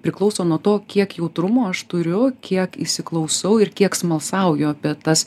priklauso nuo to kiek jautrumo aš turiu kiek įsiklausau ir kiek smalsauju apie tas